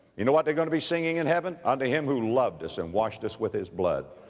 you know what they're going to be singing in heaven? unto him who loved us and washed us with his blood.